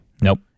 Nope